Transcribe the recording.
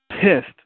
pissed